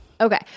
Okay